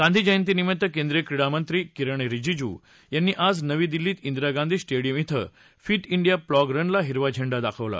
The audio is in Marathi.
गांधी जयंतीनिमित्त केंद्रीय क्रीडा मंत्री किरेन रिजिजू यांनी आज नवी दिल्लीत दिरा गांधी स्टेडीयम क्रें फिट डिया प्लॉग रन ला हिरवा झेंडा दाखवला